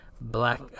black